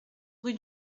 rue